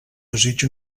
desig